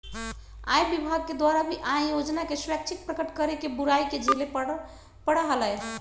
आय विभाग के द्वारा भी आय योजना के स्वैच्छिक प्रकट करे के बुराई के झेले पड़ा हलय